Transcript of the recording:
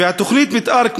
ותוכנית המתאר,